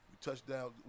Touchdown